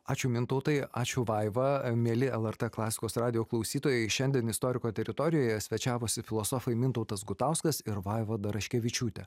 ačiū mintautai ačiū vaiva mieli lrt klasikos radijo klausytojai šiandien istoriko teritorijoje svečiavosi filosofai mintautas gutauskas ir vaiva daraškevičiūtė